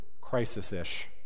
crisis-ish